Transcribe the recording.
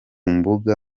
mbuga